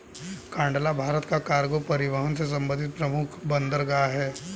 कांडला भारत का कार्गो परिवहन से संबंधित प्रमुख बंदरगाह है